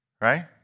right